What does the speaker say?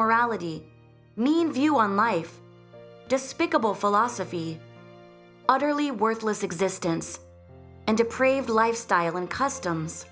morality mean view on life despicable philosophy utterly worthless existence and a privilege of style and customs